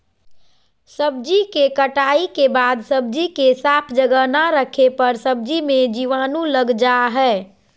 सब्जी के कटाई के बाद सब्जी के साफ जगह ना रखे पर सब्जी मे जीवाणु लग जा हय